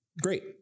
great